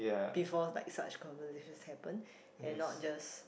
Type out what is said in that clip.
before like such conversations happen and not just